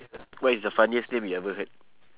what is the funniest name you ever heard